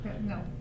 no